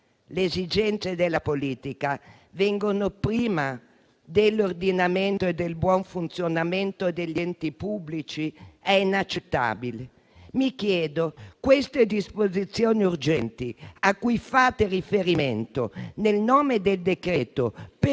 Le esigenze della politica vengono prima dell'ordinamento e del buon funzionamento degli enti pubblici? È inaccettabile. Mi chiedo per chi siano urgenti le disposizioni urgenti cui fate riferimento nel nome del decreto: